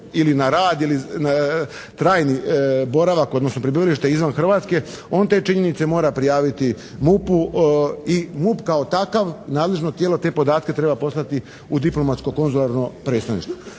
ili na rad ili trajni boravak, odnosno prebivalište izvan Hrvatske on te činjenice mora prijaviti MUP-u i MUP kao takav, nadležno tijelo te podatke treba poslati u diplomatsko-konzularno predstavništvo.